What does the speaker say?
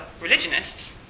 religionists